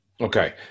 Okay